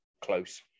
close